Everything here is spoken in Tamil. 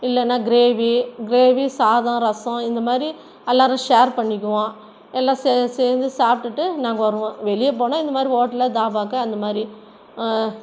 இல்லைனா கிரேவி கிரேவி சாதம் ரசம் இந்தமாதிரி எல்லாரும் ஷேர் பண்ணிக்குவோம் எல்லாம் சே சேர்ந்து சாப்பிட்டுட்டு நாங்கள் வருவோம் வெளியே போனால் இந்த மாதிரி ஹோட்டலு தாபாக்கு அந்த மாதிரி